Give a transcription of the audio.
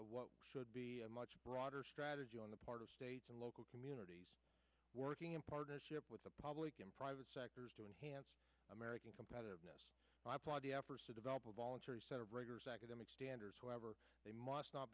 of what should be a much broader strategy on the part of state and local communities working in partnership with the public and private sectors to enhance american competitiveness i applaud the efforts to develop a voluntary set of rigorous academic standards however they must not